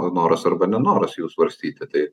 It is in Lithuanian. noras arba nenoras jų svarstyti tai